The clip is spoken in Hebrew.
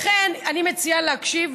לכן אני מציעה להקשיב,